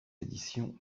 éditions